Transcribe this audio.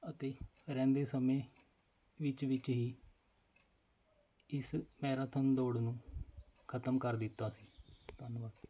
ਅਤੇ ਰਹਿੰਦੇ ਸਮੇਂ ਵਿੱਚ ਵਿੱਚ ਹੀ ਇਸ ਮੈਰਾਥੋਨ ਦੌੜ ਨੂੰ ਖਤਮ ਕਰ ਦਿੱਤਾ ਸੀ ਧੰਨਵਾਦ